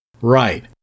Right